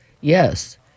yes